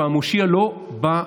והמושיע לא בא,